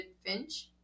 Finch